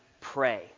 pray